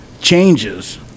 Changes